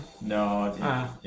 No